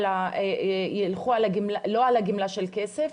ילכו לא על הגמלה של כסף,